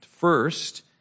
First